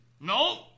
No